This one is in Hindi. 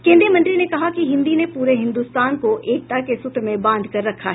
केन्द्रीय मंत्री ने कहा कि हिन्दी ने पूरे हिन्दुस्तान को एकता के सूत्र में बांधकर रखा है